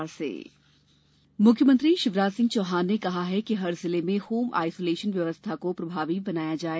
प्रदेश corona मुख्यमंत्री शिवराज सिंह चौहान ने कहा है कि हर जिले में होम आयसोलेशन व्यवस्था को प्रभावी बनाया जाए